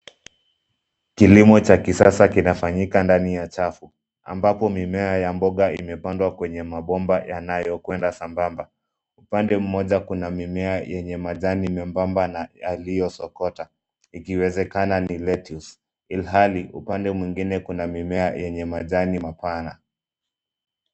Kilimo cha kisasa kinafanyika ndani ya chafu ambapo mimea ya mboga imepandwa kwenye mabomba yanayokwenda sambamba. Upande mmoja kuna mimea yenye majani membamba na yaliyosokota, ikiwezekana ni lettuce , ilhali upande mwingine kuna mimea yenye majani mapana.